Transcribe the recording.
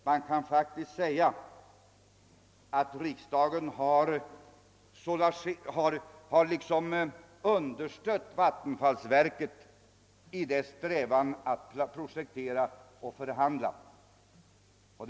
Man kan faktiskt säga att riksdagen har understött vattenfallsverket i dess strävan att projektera Vindelälven och förhandla därom.